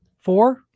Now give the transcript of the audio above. Four